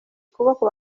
ukuboko